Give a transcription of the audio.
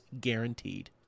guaranteed